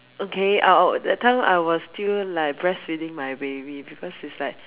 okay uh that time I was still like breastfeeding my baby because its like